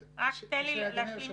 קדימה.